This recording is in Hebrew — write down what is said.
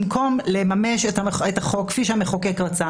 במקום לממש את החוק כפי שהמחוקק רצה